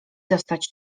zostać